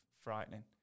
frightening